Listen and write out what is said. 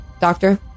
Doctor